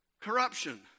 corruption